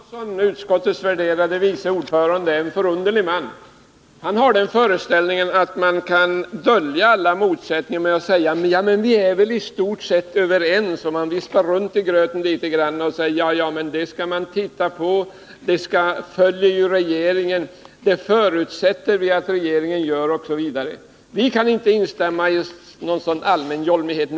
Herr talman! Johan Olsson, utskottets värderade vice ordförande, är en förunderlig man. Han har den föreställningen att man kan dölja alla motsättningar med att säga: Ja, men vi är väl i stort sett överens. Han vispar runt i gröten litet grand och säger: Det skall man titta på, det följer ju regeringen, det förutsätter vi att regeringen gör, osv. Vi kan inte instämma i sådan allmän jolmighet.